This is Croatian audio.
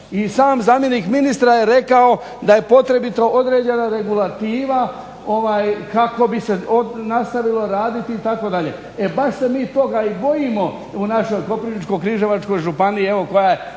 I sam zamjenik ministra je rekao da je potrebita određena regulativa kako bi se nastavilo raditi itd. E baš se mi toga i bojimo u našoj Koprivničko-križevačkoj županiji evo koja je